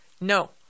No